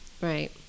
Right